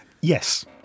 Yes